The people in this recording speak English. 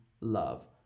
love